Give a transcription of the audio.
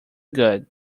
good